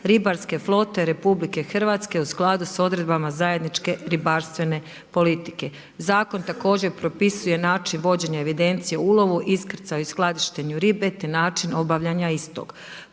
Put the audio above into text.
Ribarske flote RH u skladu sa odredbama zajedničke ribarstvene politike. Zakon također propisuje način vođenja evidencija u ulovu, iskrcaju i skladištenju ribe, te način obavljanja istog.